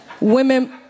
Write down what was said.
Women